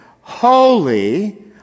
Holy